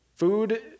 food